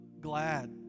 glad